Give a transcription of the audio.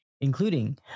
including